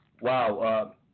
Wow